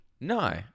No